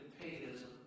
paganism